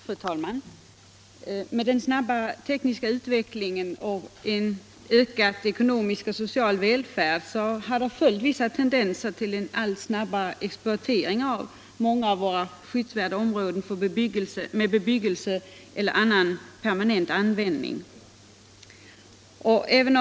Fru talman! Med den snabba tekniska utvecklingen och en ökad ekonomisk och social välfärd har följt vissa tendenser till allt snabbare exploatering för bebyggelseändamål av många av våra skyddsvärda områden.